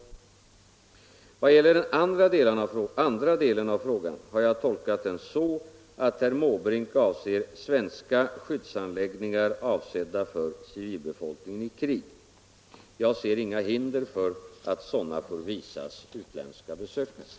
I vad gäller den andra delen av frågan har jag tolkat den så, att herr Måbrink avser svenska skyddsanläggningar avsedda för civilbefolkningen i krig. Jag ser inga hinder för att sådana får visas utländska besökare.